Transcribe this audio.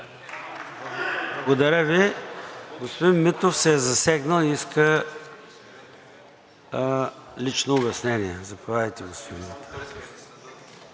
Благодаря Ви. Господин Митов се е засегнал и иска лично обяснение. Заповядайте, господин Митов.